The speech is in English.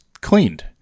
cleaned